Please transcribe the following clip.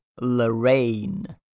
Lorraine